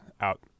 out